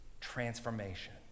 transformation